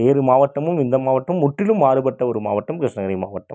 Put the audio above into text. வேறு மாவட்டமும் இந்த மாவட்டமும் முற்றிலும் மாறுபட்ட ஒரு மாவட்டம் கிருஷ்ணகிரி மாவட்டம்